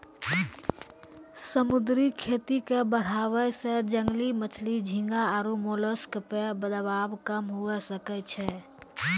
समुद्री खेती के बढ़ाबै से जंगली मछली, झींगा आरु मोलस्क पे दबाब कम हुये सकै छै